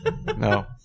No